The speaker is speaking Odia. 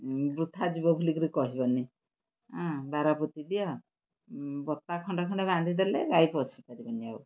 ବୃଥା ଯିବ ବୋଲିକରି କହିବନି ହଁ ବାଡ଼ ପୋତିଦିଅ ବତା ଖଣ୍ଡେ ଖଣ୍ଡେ ବାନ୍ଧି ଦେଲେ ଗାଈ ପଶିପାରିବେନି ଆଉ